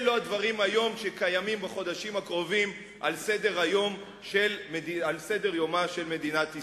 אלה לא הדברים שקיימים בחודשים הקרובים על סדר-יומה של מדינת ישראל.